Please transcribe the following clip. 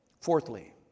Fourthly